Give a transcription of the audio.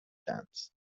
dance